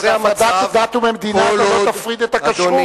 הפרדת דת ממדינה לא תפריד את הכשרות.